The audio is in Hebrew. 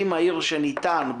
באופן הכי מהיר שניתן.